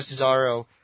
Cesaro